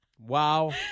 Wow